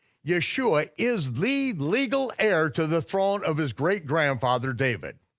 yeshua is the legal heir to the throne of his great grandfather david.